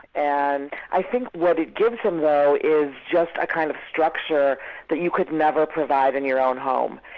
and i think what it gives him though is just a kind of structure that you could never provide in your own home.